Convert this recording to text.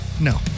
No